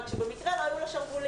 רק שבמקרה לא היו לה שרוולים.